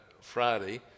Friday